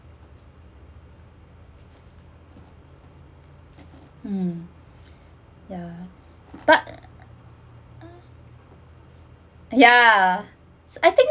um ya but ya I think